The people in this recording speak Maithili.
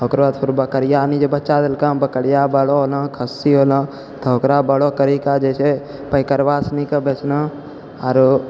ओकरऽ बाद फेर बकरीआनी जे बच्चा देलकऽहँ बकरीआ बड़ऽ होलऽहँ खस्सी होलऽहँ तऽ ओकरा बड़ऽ करिके जे छै पैकरबा सनीके बेचना आओर